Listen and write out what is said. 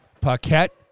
Paquette